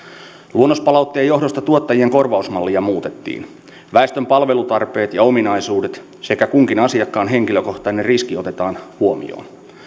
luonnospalautteen johdosta tuottajien korvausmallia muutettiin väestön palvelutarpeet ja ominaisuudet sekä kunkin asiakkaan henkilökohtainen riski otetaan huomioon